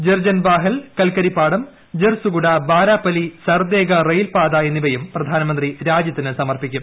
ജർജൻബാഹൽ കൽക്കരിപ്പാടം ഝർസുഗുഡ ബാരാപലി സർദേഗ റെയിൽപാത എന്നിവയും പ്രധാനമന്ത്രി രാജ്യത്തിന് സമർപ്പിക്കും